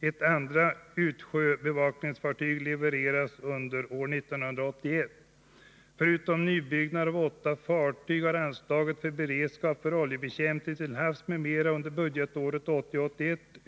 Ett andra utsjöbevakningsfartyg levereras under år 1981.